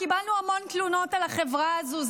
קיבלנו המון תלונות על החברה הזאת,